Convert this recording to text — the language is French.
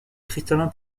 cristallin